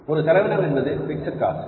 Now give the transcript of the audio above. ஒரு செலவினம் என்பது பிக்ஸட் காஸ்ட்